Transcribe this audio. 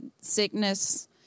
sickness